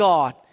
God